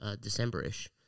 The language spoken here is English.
December-ish